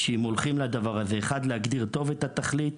שאם הולכים על הדבר הזה יש להגדיר טוב את התכלית,